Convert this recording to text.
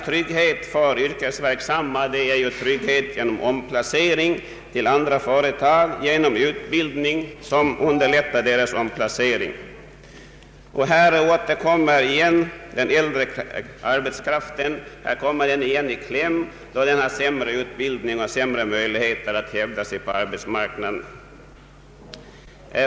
Trygghet för de yrkesverksamma kan skapas genom omplacering till andra företag och genom utbildning som underlättar omplaceringen.